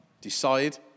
decide